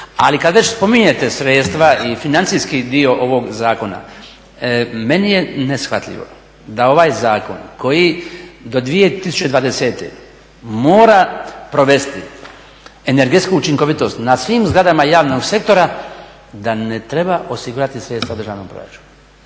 Ali kad već spominjete sredstva i financijski dio ovog zakona, meni je neshvatljivo da ovaj zakon koji do 2020. mora provesti energetsku učinkovitost na svim zgradama javnog sektora, da ne treba osigurati sredstva u državnom proračunu.